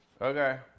Okay